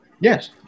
Yes